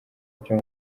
byo